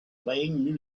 playing